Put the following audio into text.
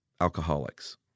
alcoholics